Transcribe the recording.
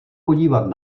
podívat